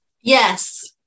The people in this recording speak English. Yes